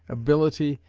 ability,